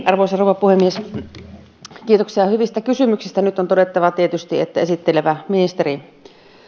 arvoisa rouva puhemies kiitoksia hyvistä kysymyksistä nyt on todettava tietysti että esittelevä ministeri